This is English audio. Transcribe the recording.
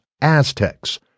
Aztecs